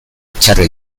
txarra